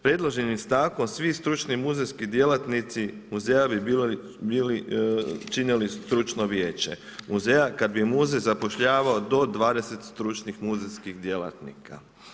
Predloženim stavkom svi stručni muzejski djelatnici muzeja bi bili činili Stručno vijeće kad bi muzej zapošljavao do 20 stručnih muzejskih djelatnika.